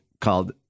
called